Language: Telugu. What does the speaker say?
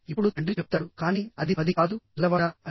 ఇప్పుడు తండ్రి చెప్తాడు కానీ అది 10 కాదు పిల్లవాడా అని